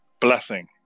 blessing